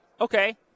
okay